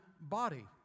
body